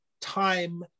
time